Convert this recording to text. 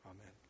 Amen